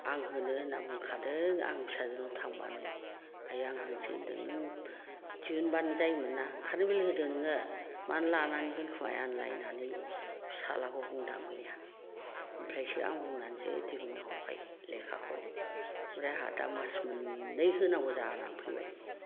आं होनो होनना बुंखादों आं फिसाजोनाव थांबानो आइयै आं होनोसै होनदोंमोन ना दिहुनबानो जायामोनना कारेन्ट बिल खौ होदों नोङो मानो लानानै दोनखुमाया नोंलाय होननानै फिसाज्लाखौ होननानै बुंदों आं मैया ओमफ्रायसो आं बुंनानैसो दिहुनना हरबाय लेखाखौ ओमफ्राय आंहा दा मास मोननै होनांगौ जानानै फैबाय